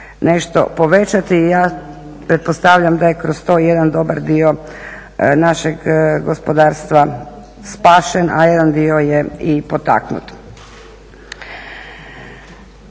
nešto povećati i ja pretpostavljam da je kroz to i jedan dobar dio našeg gospodarstva spašen, a jedan dio je i potaknut.